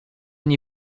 nie